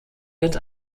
wird